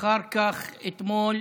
אחר כך, אתמול